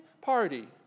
party